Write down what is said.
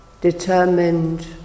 determined